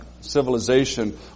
civilization